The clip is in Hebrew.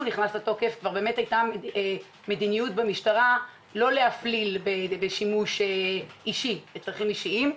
נכנס לתוקף כבר הייתה מדיניות במשטרה לא להפליל בשימוש לצרכים אישיים.